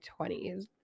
20s